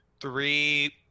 three